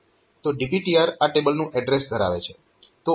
તો DPTR આ ટેબલનું એડ્રેસ ધરાવે છે